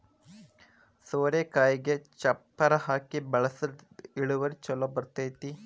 ಸೋರೆಕಾಯಿಗೆ ಚಪ್ಪರಾ ಹಾಕಿ ಬೆಳ್ಸದ್ರ ಇಳುವರಿ ಛಲೋ ಬರ್ತೈತಿ